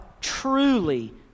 truly